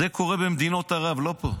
זה קורה במדינות ערב, לא פה.